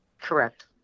correct